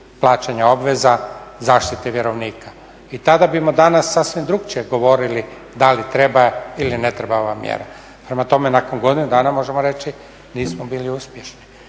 plaćanja obveza zaštite vjerovnika. I tada bismo danas sasvim drukčije govorili da li treba ili ne treba ova mjera. Prema tome, nakon godinu dana možemo reći nismo bili uspješni